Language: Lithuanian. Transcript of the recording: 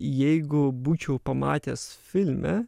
jeigu būčiau pamatęs filme